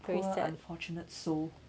poor unfortunate soul